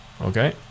okay